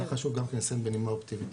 זה היה חשוב גם כן לסיים בנימה אופטימית.